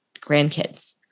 grandkids